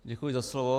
Děkuji za slovo.